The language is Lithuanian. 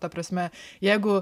ta prasme jeigu